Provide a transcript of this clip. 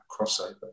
crossover